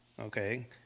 Okay